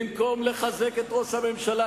במקום לחזק את ראש הממשלה.